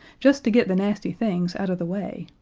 just to get the nasty things out of the way.